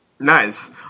Nice